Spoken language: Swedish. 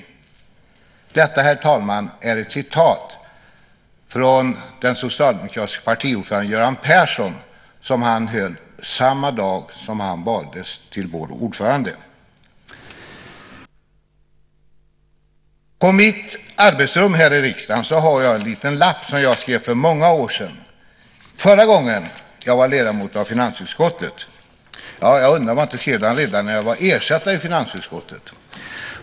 Detta, herr talman, är ett citat ur det tal som den socialdemokratiske partiordföranden Göran Persson höll samma dag som han valdes till vår ordförande. På mitt arbetsrum här i riksdagen har jag en liten lapp som jag skrev för många år sedan. Det var förra gången jag var ledamot av finansutskottet. Ja, jag undrar om jag inte skrev det redan när jag var ersättare i finansutskottet.